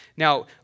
Now